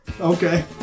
Okay